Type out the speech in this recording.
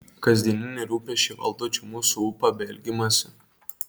kasdieniniai rūpesčiai valdo čia mūsų ūpą bei elgimąsi